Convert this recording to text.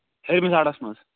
ہیٚرِمِس اَڈَس منٛز